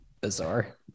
bizarre